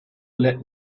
let